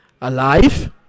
Alive